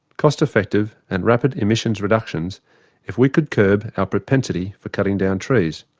cost effective, and rapid emissions reductions if we could curb our propensity for cutting down trees.